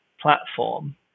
platform